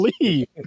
leave